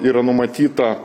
yra numatyta